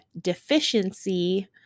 deficiency